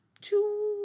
two